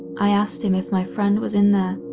i asked him if my friend was in there,